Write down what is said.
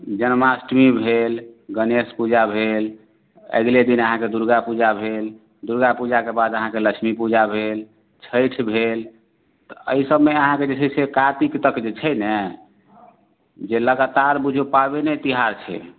जन्माष्टमी भेल गणेश पूजा भेल अगिले दिन अहाँके दुर्गा पूजा भेल दुर्गा पूजाके बाद अहाँके लक्ष्मी पूजा भेल छठि भेल तऽ एहि सबमे अहाँके जे छै से कातिक तक जे छै ने जे लगातार बुझियौ पाबिने तिहार छै